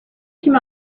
him